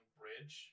bridge